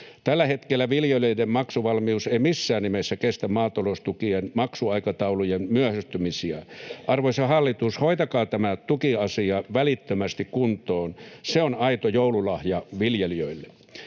Tällä hetkellä viljelijöiden maksuvalmius ei missään nimessä kestä maataloustukien maksuaikataulujen myöhästymisiä. Arvoisa hallitus, hoitakaa tämä tukiasia välittömästi kuntoon. Se on aito joululahja viljelijöille.